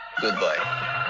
goodbye